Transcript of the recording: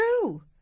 true